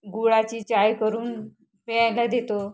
गुळाची चहा करून प्यायला देतो